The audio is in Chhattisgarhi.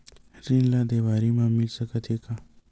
ऋण ला देवारी मा मिल सकत हे